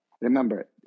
Remember